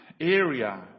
area